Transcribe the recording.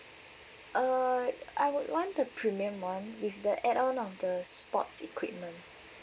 uh I don't want the premium [one] it's the add on of the sports equipment